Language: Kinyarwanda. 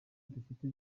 dufite